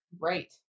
right